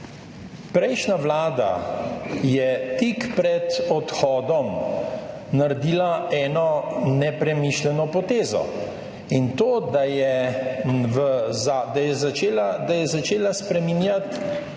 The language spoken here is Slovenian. prejšnja Vlada je tik pred odhodom naredila eno nepremišljeno potezo in to, da je v za, da je